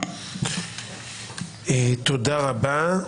תודה רבה.